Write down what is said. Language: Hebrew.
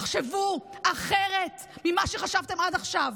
תחשבו אחרת ממה שחשבתם עד עכשיו.